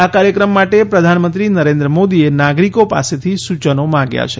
આ કાર્યક્રમ માટે પ્રધાનમંત્રી નરેન્દ્ર મોદીએ નાગરિકો પાસેથી સૂચનો માગ્યા છે